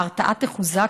ההרתעה תחוזק,